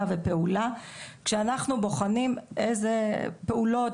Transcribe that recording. ופעולה כשאנחנו בוחנים באילו פעולות,